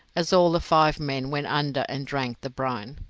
as all the five men went under and drank the brine.